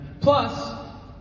plus